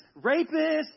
rapists